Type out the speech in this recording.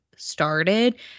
started